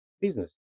business